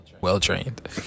well-trained